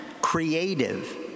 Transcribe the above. creative